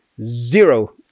Zero